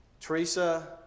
Teresa